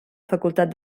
facultat